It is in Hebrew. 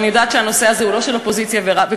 ואני יודעת שהנושא הזה הוא לא של אופוזיציה וקואליציה,